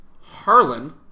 Harlan